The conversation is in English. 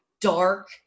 dark